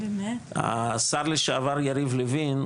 השר לשעבר יריב לוין,